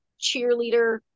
cheerleader